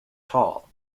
tall